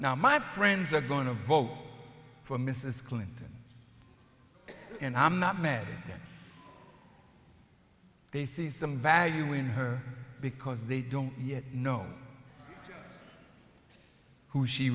now my friends are going to vote for mrs clinton and i'm not mad that they see some value in her because they don't yet know who she